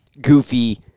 goofy